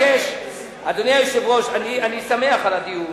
אדוני היושב-ראש, אני שמח על הדיון,